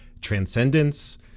Transcendence